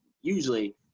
usually